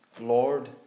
Lord